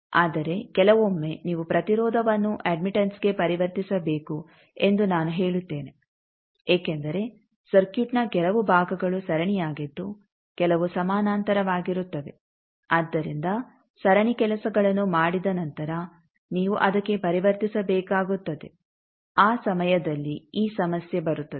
ಆದರೆ ಕೆಲವೊಮ್ಮೆ ನೀವು ಪ್ರತಿರೋಧವನ್ನು ಅಡ್ಮಿಟೆಂಸ್ಗೆ ಪರಿವರ್ತಿಸಬೇಕು ಎಂದು ನಾನು ಹೇಳುತ್ತೇನೆ ಏಕೆಂದರೆ ಸರ್ಕ್ಯೂಟ್ನ ಕೆಲವು ಭಾಗಗಳು ಸರಣಿಯಾಗಿದ್ದು ಕೆಲವು ಸಮಾನಾಂತರವಾಗಿರುತ್ತವೆ ಆದ್ದರಿಂದ ಸರಣಿ ಕೆಲಸಗಳನ್ನು ಮಾಡಿದ ನಂತರ ನೀವು ಅದಕ್ಕೆ ಪರಿವರ್ತಿಸಬೇಕಾಗುತ್ತದೆ ಆ ಸಮಯದಲ್ಲಿ ಈ ಸಮಸ್ಯೆ ಬರುತ್ತದೆ